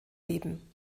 leben